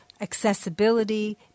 accessibility